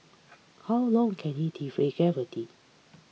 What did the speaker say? how long can he defy gravity